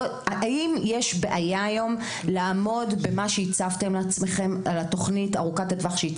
האם יש היום בעיה לעמוד במה שהצבתם לעצמכם בתוכנית ארוכת הטווח?